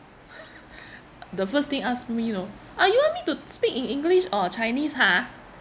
the first thing asked me you know uh you want me to speak in english or chinese ha